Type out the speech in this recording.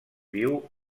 viu